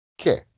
Okay